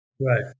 Right